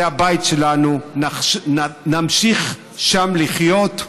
זה הבית שלנו, נמשיך שם לחיות,